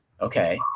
Okay